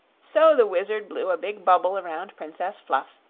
so the wizard blew a big bubble around princess fluff,